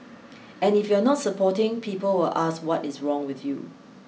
and if you are not supporting people will ask what is wrong with you